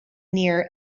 near